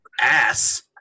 Ass